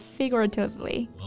Figuratively